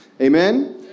Amen